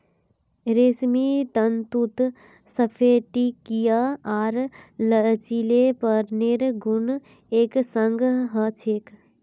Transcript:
रेशमी तंतुत स्फटिकीय आर लचीलेपनेर गुण एक संग ह छेक